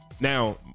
now